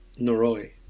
Noroi